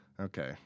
Okay